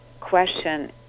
question